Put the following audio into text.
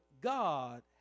God